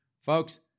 folks